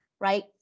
right